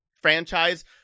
franchise